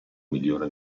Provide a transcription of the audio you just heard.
migliore